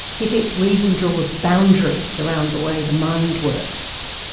he thinks reason draws boundaries around the way the mind works.